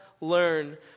learn